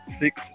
six